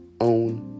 own